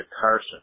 Carson